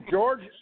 George